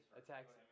attacks